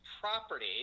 property